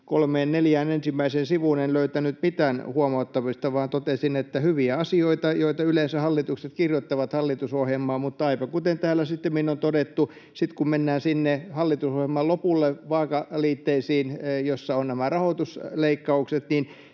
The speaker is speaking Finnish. kolmeen neljään ensimmäiseen sivuun en löytänyt mitään huomauttamista vaan totesin, että hyviä asioita, joita yleensä hallitukset kirjoittavat hallitusohjelmaan. Mutta aivan kuten täällä sittemmin on todettu, sitten kun mennään sinne hallitusohjelman lopulle vaakaliitteisiin, joissa ovat nämä rahoitusleikkaukset,